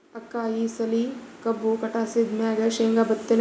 ಅಕ್ಕ ಈ ಸಲಿ ಕಬ್ಬು ಕಟಾಸಿದ್ ಮ್ಯಾಗ, ಶೇಂಗಾ ಬಿತ್ತಲೇನು?